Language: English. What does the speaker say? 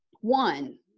one